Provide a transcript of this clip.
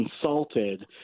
consulted